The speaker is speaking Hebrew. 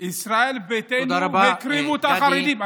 ישראל ביתנו הקריבו את החרדים.